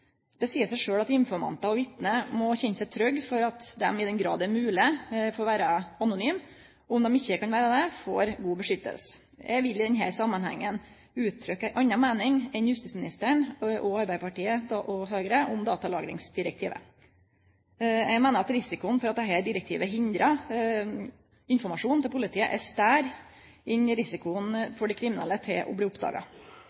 Det seier seg sjølv at informantar og vitne må kjenne seg trygge for at dei i den grad det er mogleg, får vere anonyme, og om dei ikkje får vere det, får god beskyttelse. Eg vil i denne samanhengen uttrykkje ei anna meining enn justisministeren og Arbeidarpartiet og Høgre om datalagringsdirektivet. Eg meiner at risikoen for at dette direktivet hindrar informasjon til politiet er større enn risikoen